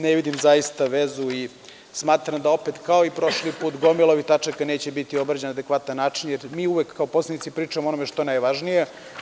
Ne vidim zaista vezu i smatram da opet, kao i prošli put, gomila ovih tačaka neće biti obrađeno na adekvatan način, jer mi uvek kao poslanici pričamo o onome što je najvažnije.